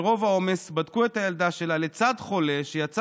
מרוב העומס בדקו את הילדה שלה לצד חולה שיצא